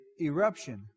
eruption